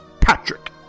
patrick